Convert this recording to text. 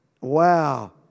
Wow